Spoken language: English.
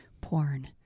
porn